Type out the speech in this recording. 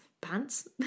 pants